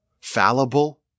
fallible